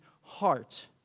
heart